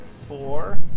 four